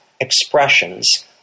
expressions